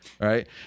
Right